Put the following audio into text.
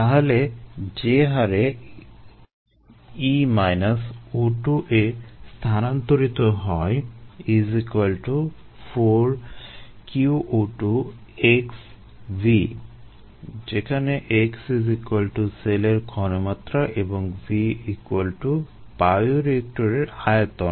তাহলে যে হারে e O2 এ স্থানান্তরিত হয় 4 qO2 x V যেখানে x সেলের ঘনমাত্রা এবং V বায়োরিয়েক্টরের আয়তন